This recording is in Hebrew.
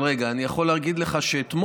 אבל רגע, אני יכול להגיד לך שאתמול,